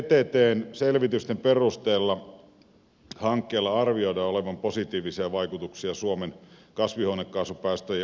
vttn selvitysten perusteella hankkeella arvioidaan olevan positiivisia vaikutuksia suomen kasvihuonekaasupäästöjen osalta